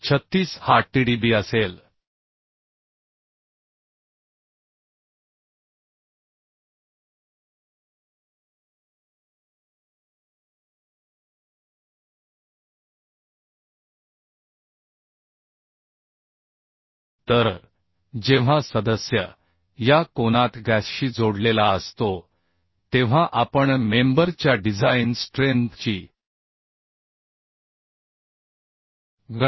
36 हा tdb असेल तर जेव्हा सदस्य या कोनात गॅसशी जोडलेला असतो तेव्हा आपण मेंबर च्या डिझाइन स्ट्रेंथ ची गणना अशा प्रकारे करू शकतो